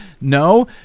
no